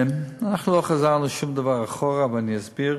לא חזרנו בשום דבר אחורה, ואסביר: